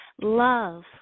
love